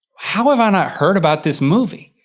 how have i not heard about this movie?